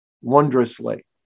wondrously